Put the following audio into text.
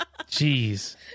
Jeez